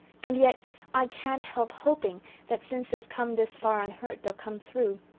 and yet i can't help hoping that since they've come this far unhurt they'll come through.